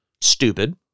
stupid